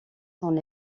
son